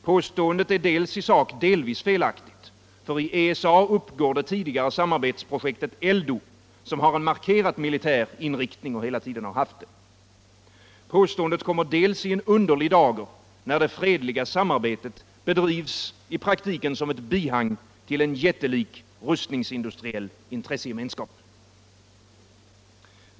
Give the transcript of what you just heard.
Påståendet är i sak delvis fel — europeiskt rymdoraktigt — i ESA uppgår det tidigare samarbetsprojektet ELDO som har gan m.m. en markerat militär inriktning och hela tiden haft det — och kommer därtill i en underlig dager när det fredliga samarbetet bedrivs som ett bihang till en jättelik rustningsindustriell intressegemenskap.